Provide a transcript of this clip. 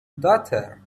daughter